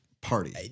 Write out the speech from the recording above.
party